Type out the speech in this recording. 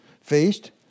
feast